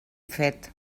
fet